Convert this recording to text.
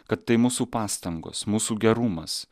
kad tai mūsų pastangos mūsų gerumas